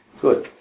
Good